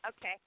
Okay